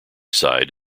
side